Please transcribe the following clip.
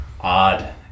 Odd